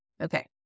Okay